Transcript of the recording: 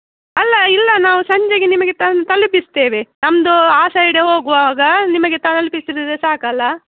ಅಲ್ಲ ಇಲ್ಲ ನಾವು ಸಂಜೆಗೆ ನಿಮಗೆ ತಂದು ತಲುಪಿಸ್ತೇವೆ ನಮ್ದು ಆ ಸೈಡ್ ಹೋಗುವಾಗ ನಿಮಗೆ ತಲುಪಿಸಿದರೆ ಸಾಕು ಅಲ್ಲ